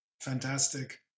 Fantastic